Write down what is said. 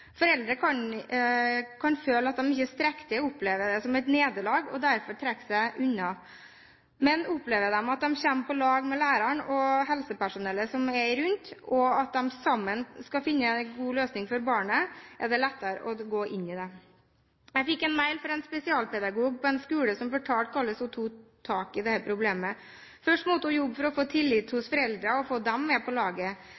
Foreldre kan føle at de ikke strekker til, og oppleve det som et nederlag og derfor trekke seg unna. Men opplever de at de kommer på lag med læreren og helsepersonellet som er rundt, og at de sammen skal finne en god løsning for barnet, er det lettere å gå inn i det. Jeg fikk en mail fra en spesialpedagog på en skole som fortalte hvordan hun tok tak i dette problemet. Først måtte hun jobbe for å få tillit